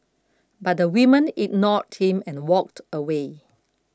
but the woman ignored him and walked away